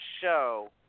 show